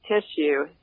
tissue